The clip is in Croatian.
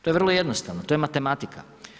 To je vrlo jednostavno, to je matematika.